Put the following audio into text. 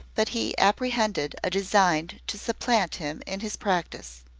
but he apprehended a design to supplant him in his practice.